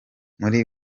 muri